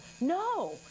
No